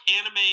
anime